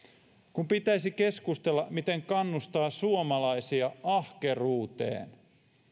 kun pitäisi keskustella siitä miten kannustaa suomalaisia ahkeruuteen